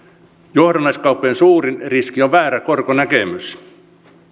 johdannaiskauppojen suurin riski on väärä korkonäkemys